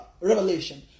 revelation